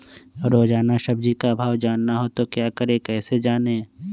रोजाना सब्जी का भाव जानना हो तो क्या करें कैसे जाने?